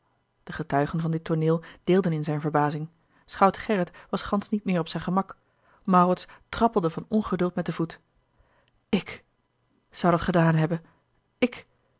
de getuigen van dit tooneel deelden in zijne verbazing schout gerrit was gansch niet meer op zijn gemak maurits trappelde van ongeduld met den voet ik zou dat gedaan hebben ik